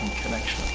connection.